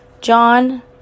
John